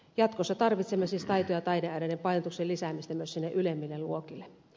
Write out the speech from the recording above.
jatkossa tarvitsemme siis taito ja taideaineiden painotuksen lisäämistä myös sinne ylemmille luokille